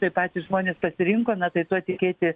tai patys žmonės pasirinko na tai tuo tikėti